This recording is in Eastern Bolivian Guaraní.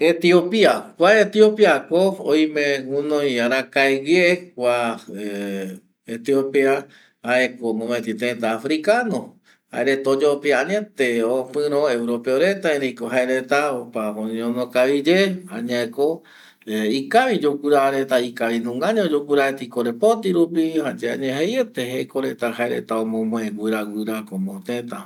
Etiopia ko oime gunoi arake güe ˂hesitation˃ jaeko mopeti teta africano jaereta oyopia añete opiro europeo reta erei ko jae reta opa oñeñono kavi yae jaeme ikavi yogura reta y korepoti rupi jaema jayae añete jeko gura gura como teta.